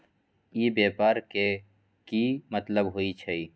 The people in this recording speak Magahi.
ई व्यापार के की मतलब होई छई?